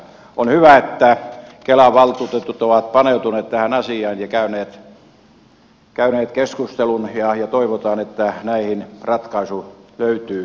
on hyvä että kelan valtuutetut ovat paneutuneet tähän asiaan ja käyneet keskustelun ja toivotaan että näihin ratkaisu löytyy nopeasti